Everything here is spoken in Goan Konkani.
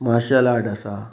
मार्शल आर्ट आसा